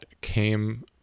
came